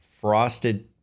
frosted